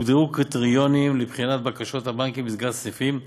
הוגדרו קריטריונים לבחינת בקשות הבנקים לסגירת סניפים,